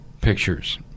pictures